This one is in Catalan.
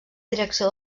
direcció